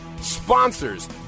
sponsors